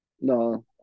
No